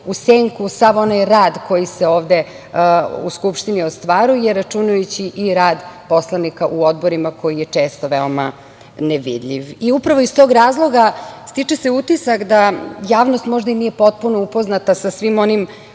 u senku sav onaj rad koji se ovde u Skupštini ostvaruje, računajući i rad poslanika u odborima, koji je često veoma nevidljiv. Upravo iz tog razloga, stiče se utisak da javnost možda i nije potpuno upoznata sa svim onim